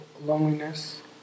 loneliness